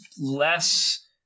less